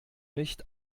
nicht